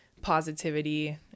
positivity